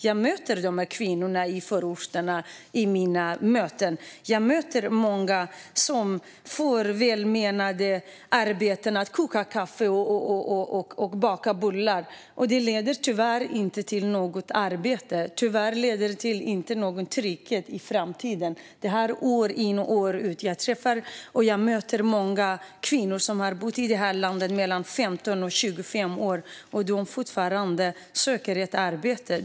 Jag möter många kvinnor i förorterna som får arbeta med att koka kaffe och baka bullar, vilket tyvärr varken leder till arbete eller framtida trygghet. Detta fortsätter år in och år ut. Jag möter många kvinnor som har bott här i landet i 15-25 år och fortfarande söker arbete.